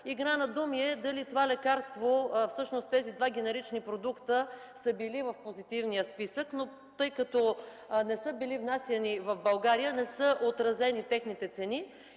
Игра на думи е дали това лекарство, всъщност тези два генерични продукта, са били в Позитивния списък, но тъй като не са били внасяни в България, цените им не